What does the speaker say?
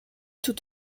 tout